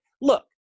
look